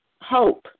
hope